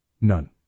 none